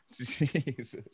Jesus